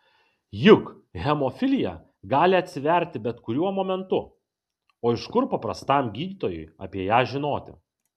juk hemofilija gali atsiverti bet kuriuo momentu o iš kur paprastam gydytojui apie ją žinoti